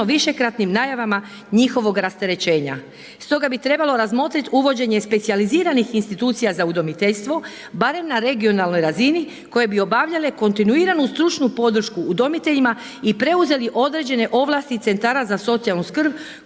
višekratnim najavama njihovim rasterećenja. Stoga bi trebalo razmotriti uvođenje specijaliziranih institucija za udomiteljstvo, barem na regionalnoj razini, koje bi obavljale kontinuiranu stručnu podršku udomiteljima i preuzeli određene ovlasti centara za socijalnu skrb